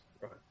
right